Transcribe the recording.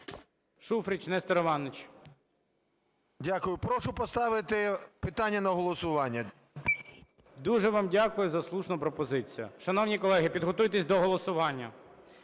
ШУФРИЧ Н.І. Дякую. Прошу поставити питання на голосування. ГОЛОВУЮЧИЙ. Дуже вам дякую за слушну пропозицію. Шановні колеги, підготуйтесь до голосування.